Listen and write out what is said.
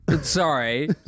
Sorry